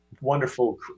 wonderful